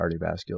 cardiovascular